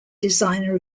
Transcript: designer